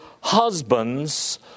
husbands